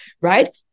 right